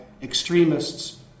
extremists